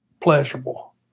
pleasurable